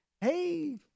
hey